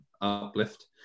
uplift